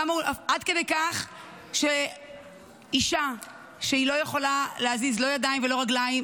עד כדי כך שאישה שלא יכולה להזיז לא ידיים ולא רגליים,